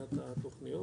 מבחינת התוכניות,